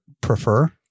prefer